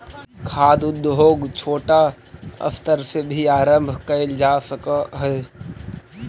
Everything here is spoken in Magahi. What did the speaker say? खाद्य उद्योग छोटा स्तर से भी आरंभ कैल जा सक हइ